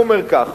הוא אומר ככה: